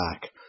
back